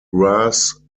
grass